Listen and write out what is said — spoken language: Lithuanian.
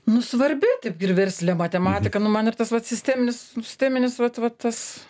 nu svarbi taip ir versle matematika nu man ir tas pats sisteminis sisteminis vat va tas